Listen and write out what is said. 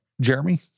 Jeremy